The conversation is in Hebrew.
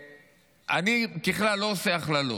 אני ככלל לא עושה הכללות.